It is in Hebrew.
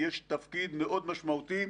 יש תפקיד מאוד משמעותי,